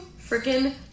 freaking